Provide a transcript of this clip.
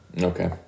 Okay